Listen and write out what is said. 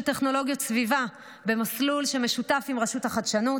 טכנולוגיות סביבה במסלול שמשותף עם רשות החדשנות,